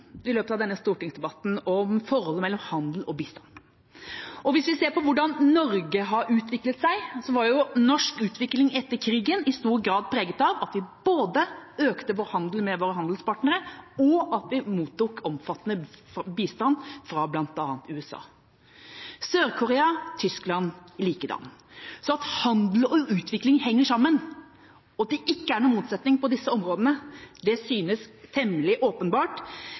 om forholdet mellom handel og bistand i løpet av denne stortingsdebatten. Hvis vi ser på hvordan Norge har utviklet seg, var jo norsk utvikling etter krigen i stor grad preget av at vi både økte vår handel med våre handelspartnere og mottok omfattende bistand fra bl.a. USA. Med Sør-Korea og Tyskland var det likedan. At handel og utvikling henger sammen, og at det ikke er noen motsetninger på disse områdene, synes temmelig åpenbart,